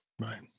Right